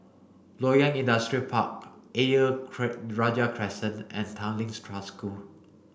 Loyang Industrial Park Ayer Rajah Crescent and Tanglin Trust School